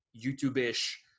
YouTube-ish